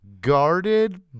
guarded